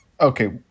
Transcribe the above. Okay